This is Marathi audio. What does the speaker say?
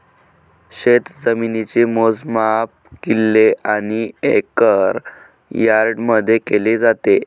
शेतजमिनीचे मोजमाप किल्ले आणि एकर यार्डमध्ये केले जाते